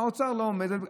האוצר לא עומד.